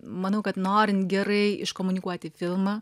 manau kad norint gerai iškomunikuoti filmą